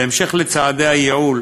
בהמשך לצעדי הייעול,